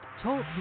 talk